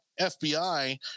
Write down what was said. FBI